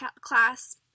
class